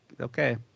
okay